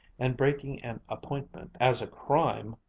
and breaking an appointment as a crime,